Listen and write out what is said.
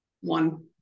one